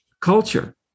culture